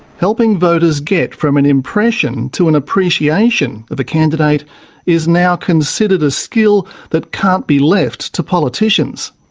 helping voters get from an impression to an appreciation of a candidate is now considered a skill that can't be left to politicians.